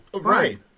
Right